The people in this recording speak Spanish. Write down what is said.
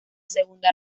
segunda